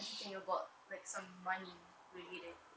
everything about like some money related